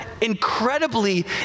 incredibly